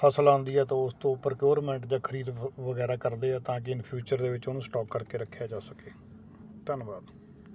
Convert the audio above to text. ਫਸਲ ਆਉਂਦੀ ਹੈ ਅਤੇ ਉਸ ਤੋਂ ਉੱਪਰ ਪਰਕਿਊਰਮੈਂਟ ਜਾਂ ਖਰੀਦ ਵਗੈਰਾ ਕਰਦੇ ਆ ਤਾਂਕਿ ਇਨ ਫਿਊਚਰ ਦੇ ਵਿੱਚ ਉਹਨੂੰ ਸਟੋਕ ਕਰਕੇ ਰੱਖਿਆ ਜਾ ਸਕੇ ਧੰਨਵਾਦ